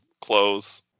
clothes